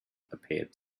appeared